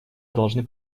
должны